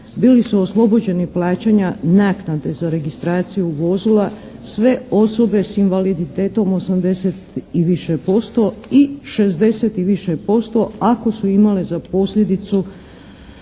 bili su oslobođeni plaćanja naknade za registraciju vozila sve osobe s invaliditetom osamdeset i više posto i šezdeset i više posto ako su imale za posljedicu